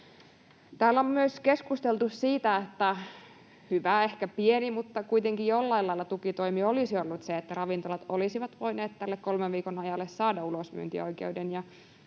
ehkä pieni mutta kuitenkin jollain lailla tukitoimi olisi ollut se, että ravintolat olisivat voineet tälle kolmen viikon ajalle saada ulosmyyntioikeuden.